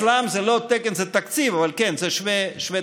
אצלם זה לא תקן, זה תקציב, אבל כן, זה שווה תקן,